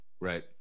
right